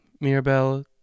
Mirabelle